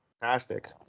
Fantastic